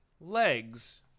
legs